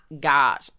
God